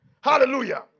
Hallelujah